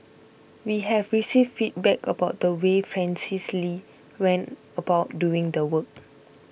we have received feedback about the way Francis Lee went about doing the work